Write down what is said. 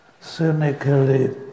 cynically